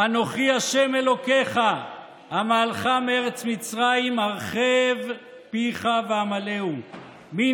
"אנכי ה' אלקיך המעלך מארץ מצרים הרחב פיך ואמלאהו"; "מן